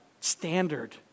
standard